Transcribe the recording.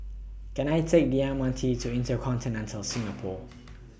Can I Take The M R T to InterContinental Singapore